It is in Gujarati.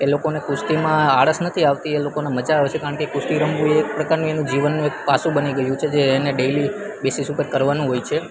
એ લોકોને કુસ્તીમાં આળસ નથી આવતી એ લોકોને મજા આવે છે કારણ કે કુસ્તી રમવું એક પ્રકારનું જીવનનું એક પાસું બની ગયું છે જે એને ડેઈલિ બેસિસ ઉપર કરવાનું હોય છે